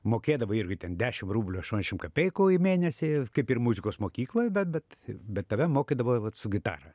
mokėdavai irgi ten dešim rublių aštuoniasdešim kapeikų į mėnesį kaip ir muzikos mokykloj bet bet bet tave mokydavo vat su gitara